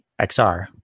XR